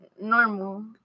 Normal